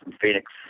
Phoenix